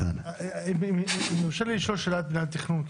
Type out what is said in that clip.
אם יורשה לי לשאול שאלה את מינהל התכנון,